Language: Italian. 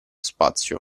spazio